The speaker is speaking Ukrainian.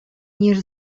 ніж